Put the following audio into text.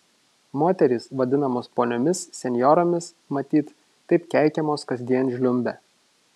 moterys vadinamos poniomis senjoromis matyt taip keikiamos kasdien žliumbia